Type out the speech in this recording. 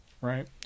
Right